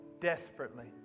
Desperately